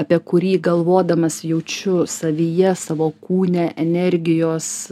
apie kurį galvodamas jaučiu savyje savo kūne energijos